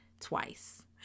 twice